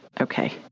Okay